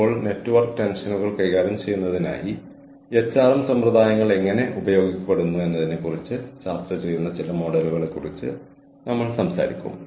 അതിനാൽ നിങ്ങൾക്ക് ഈ അറിവിന്റെ കൂട നൽകുന്നതിന് ഒരുപാട് ആളുകൾ തിരശ്ശീലയ്ക്ക് പിന്നിൽ ഒരുമിച്ച് പ്രവർത്തിക്കുന്നു